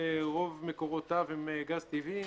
רוב מקורותיו הם גז טבעי,